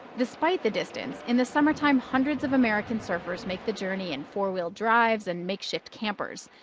despite the distance in the summer time hundreds of american surfers make the journey in four wheel drives and makeshift campers.